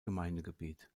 gemeindegebiet